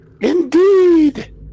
Indeed